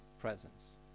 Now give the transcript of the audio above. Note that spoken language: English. presence